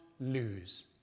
lose